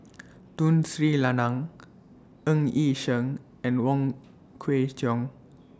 Tun Sri Lanang Ng Yi Sheng and Wong Kwei Cheong